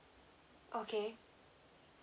okay